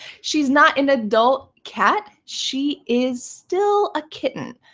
she's not an adult cat. she is still a kitten.